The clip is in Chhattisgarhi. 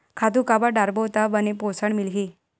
खातु काबर डारबो त बने पोषण मिलही?